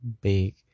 big